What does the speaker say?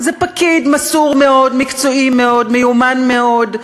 זה פקיד מסור מאוד, מקצועי מאוד, מיומן מאוד,